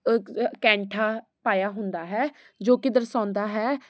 ਕੈਂਠਾ ਪਾਇਆ ਹੁੰਦਾ ਹੈ ਜੋ ਕਿ ਦਰਸਾਉਂਦਾ ਹੈ